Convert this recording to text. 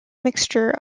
mixture